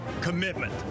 commitment